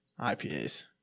IPAs